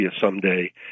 someday